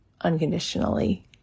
unconditionally